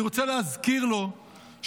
אני רוצה להזכיר לו שבעינינו,